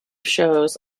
shows